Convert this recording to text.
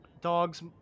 dog's